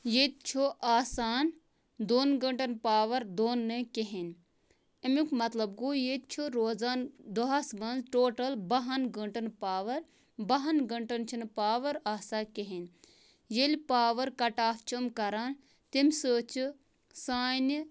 ییٚتہِ چھُ آسان دۄن گٲنٹَن پاوَر دۄن نہٕ کِہیٖنۍ اَمُیک مطلب گوٚو ییٚتہِ چھُ روزان دۄہَس مَنز ٹوٹل بَہَن گٲنٹَن پاوَر بَہَن گٲنٹَن چھُنہٕ پاوَر آسان کِہیٖنۍ ییٚلہِ پاوَر کَٹ آف چھِ یِم کَران تَمہِ سۭتۍ چھِ سانہِ